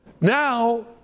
now